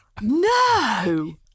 No